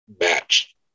match